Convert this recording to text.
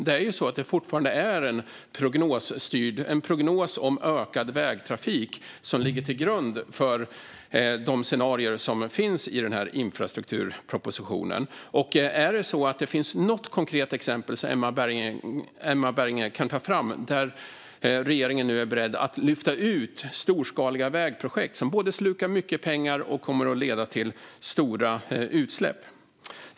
Det är ju fortfarande en prognos om ökad vägtrafik som ligger till grund för de scenarier som finns i infrastrukturpropositionen. Kan Emma Berginger ta något konkret exempel där regeringen nu är beredd att lyfta ut storskaliga vägprojekt som både slukar mycket pengar och kommer att leda till stora utsläpp?